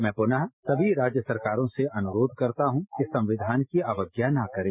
मैं पुनरू सभी राज्य सरकारों से अनुरोप करता हूं कि संविधान की अवज्ञा न करें